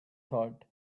thought